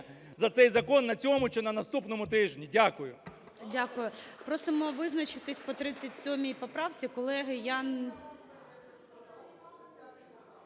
за цей закон на цьому чи на наступному тижні. Дякую.